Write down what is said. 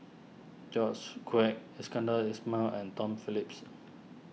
George Quek Iskandar Ismail and Tom Phillips